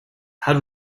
had